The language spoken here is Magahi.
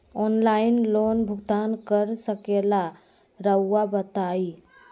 ऑनलाइन लोन भुगतान कर सकेला राउआ बताई?